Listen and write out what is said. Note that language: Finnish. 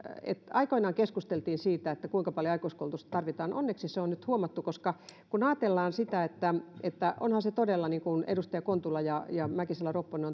aikoinaan keskusteltiin siitä kuinka paljon aikuiskoulutusta tarvitaan onneksi se on nyt huomattu koska kun ajatellaan sitä niin onhan se todella niin kuin edustajat kontula ja ja mäkisalo ropponen